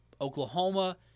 Oklahoma